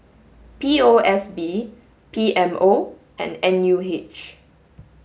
P O S B P M O and N U H